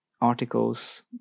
articles